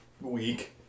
week